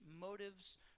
motives